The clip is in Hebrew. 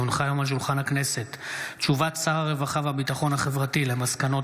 כי הונחה היום על שולחן הכנסת הודעת שר הרווחה והביטחון החברתי על מסקנות